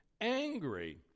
angry